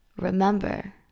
remember